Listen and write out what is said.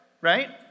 right